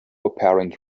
apparent